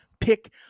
pick